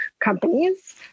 companies